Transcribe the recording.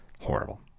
horrible